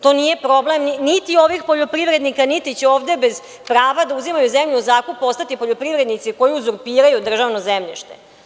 To nije problem niti ovih poljoprivrednika, niti će ovde bez prava da uzimaju zemlju u zakup, postati poljoprivrednici koji uzurpiraju državno zemljište.